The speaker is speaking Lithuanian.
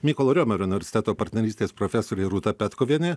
mykolo romerio universiteto partnerystės profesorė rūta petkuvienė